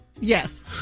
Yes